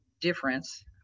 difference